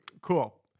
Cool